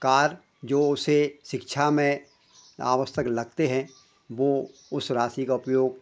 कार्य जो उसे शिक्षा में आवश्यक लगते हैं वह उस राशि का उपयोग